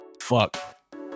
Fuck